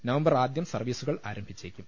November ആദ്യം സർവീസുകൾ ആരംഭിച്ചേക്കും